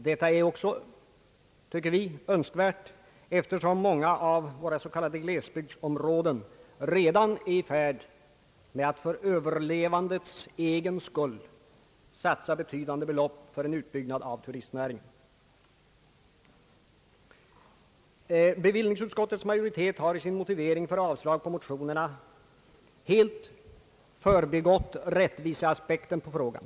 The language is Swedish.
Detta är, tycker vi, önskvärt också därför att många av våra s.k. glesbygdsområden redan är i färd med att för överlevandets egen skull satsa betydande belopp för en utbyggnad av turistnäringen. Bevillningsutskottets majoritet har i sin motivering för avslag på motionerna helt förbigått rättviseaspekten på frågan.